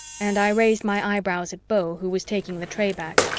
and i raised my eyebrows at beau, who was taking the tray back,